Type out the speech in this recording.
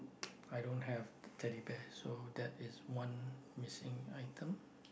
i don't have Teddy Bears so that is one missing item